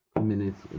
minutes